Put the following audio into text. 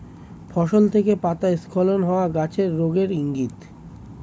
ফসল থেকে পাতা স্খলন হওয়া গাছের রোগের ইংগিত